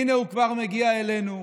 הינה כבר מגיע אלינו,